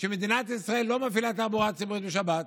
שמדינת ישראל לא מפעילה תחבורה ציבורית בשבת.